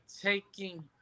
taking